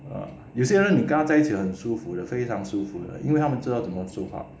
有些人你跟他在一起很舒服的非常舒服因为他们知道怎么做吧